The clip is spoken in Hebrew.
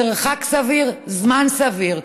מרחק סביר, זמן סביר.